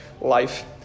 life